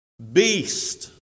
Beast